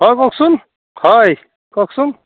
হয় কওকচোন হয় কওকচোন